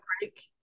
break